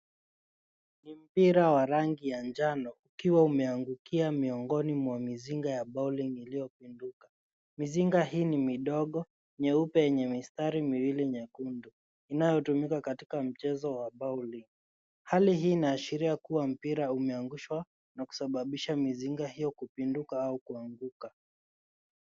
Ni mpira wa rangi ya njano ikiwa ime angukia miongoni wa mizinga ya bowling ilio pinduka . Mizinga hii ni midogo nyeupe yenye mistari miwili nyekundu inayo tumika katika mchezo ya bowling . Hali hii ina ashiria kuwa mpira ume angushwa na ku sababisha mizinga hiyo kupinduka au ku anguka.